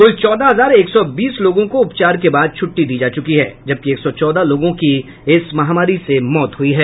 कुल चौदह हजार एक सौ बीस लोगों को उपचार के बाद छुट्टी दी जा चुकी है जबकि एक सौ चौदह लोगों की इस महामारी से मौत हुई है